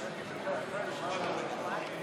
מצביע יולי